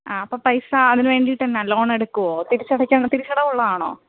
ആ അപ്പം പൈസ അതിനുവേണ്ടിട്ടെന്നാണ് ലോണെടുക്കുവോ തിരിച്ചടക്കാൻ തിരിച്ചടവ് ഉള്ളതാണോ